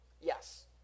yes